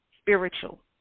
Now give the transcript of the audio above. spiritual